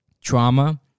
trauma